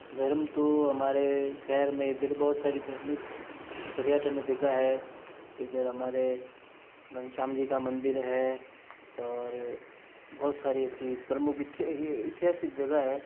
धर्म तो हमारे शहर में इधर बहुत सारी धार्मिक पर्यटन जगह है इधर हमारे घनश्याम जी का मंदिर है और बहुत सारी ऐसी प्रमुख एतिहासिक जगह हैं